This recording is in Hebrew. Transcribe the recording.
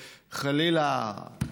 חלילה,